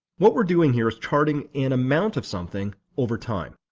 what we're doing here is charting an amount of something over time.